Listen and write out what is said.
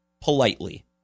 politely